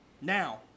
Now